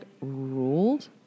ruled